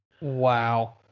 Wow